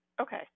okay